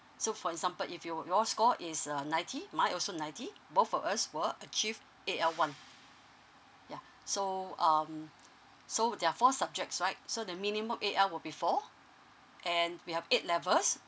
so for example if you were your score is uh ninety my also ninety both of us will achieve A_L one ya so um so there are four subjects right so the minimum A_L will be four and we have eight levels